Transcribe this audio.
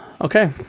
okay